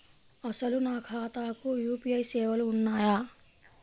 అసలు నా ఖాతాకు యూ.పీ.ఐ సేవలు ఉన్నాయా?